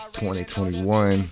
2021